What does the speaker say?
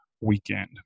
weekend